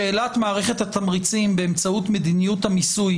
שאלת מערכת התמריצים באמצעות מדיניות המיסוי